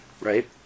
right